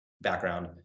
background